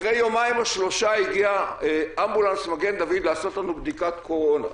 אחרי יומיים או שלושה הגיע אמבולנס מגן דוד לעשות לנו בדיקת קורונה.